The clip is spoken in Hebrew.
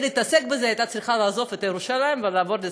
כדי לעסוק בזה היא הייתה צריכה לעזוב את ירושלים ולעבור לסן-חוזה.